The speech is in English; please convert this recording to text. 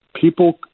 People